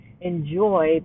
enjoy